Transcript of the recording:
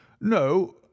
No